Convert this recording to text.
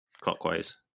clockwise